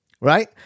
right